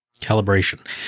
calibration